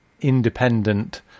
independent